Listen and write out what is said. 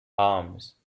arms